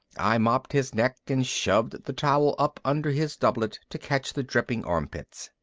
i mopped his neck and shoved the towel up under his doublet to catch the dripping armpits.